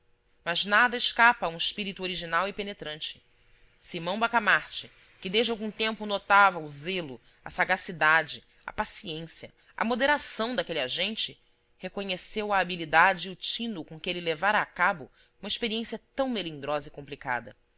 mas nada escapa a um espírito original e penetrante simão bacamarte que desde algum tempo notava o zelo a sagacidade a paciência a moderação daquele agente reconheceu a habilidade e o tino com que ele levara a cabo uma experiência tão melindrosa e complicada